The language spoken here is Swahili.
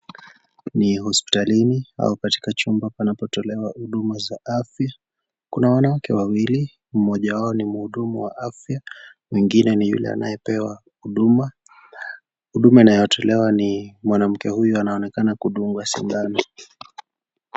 Ni hospitalini au katika chumba panapotolewa huduma za afya. Kuna wanawake wawili, mmoja wao ni mhudumu wa afya mwingine ni yule anayepewa huduma. Huduma inayotolewa ni mwanamke huyu anaonekana kudungwa sindano.